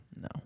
No